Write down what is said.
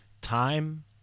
time